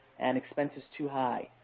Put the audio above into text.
and expense is too high.